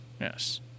Yes